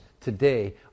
today